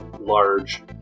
large